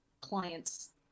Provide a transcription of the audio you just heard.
clients